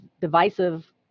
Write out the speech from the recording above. divisive